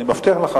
אני מבטיח לך,